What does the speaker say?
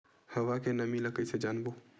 हवा के नमी ल कइसे जानबो?